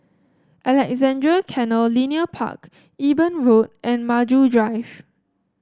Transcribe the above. Alexandra Canal Linear Park Eben Road and Maju Drive